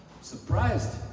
Surprised